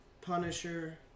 Punisher